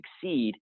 succeed